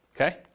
okay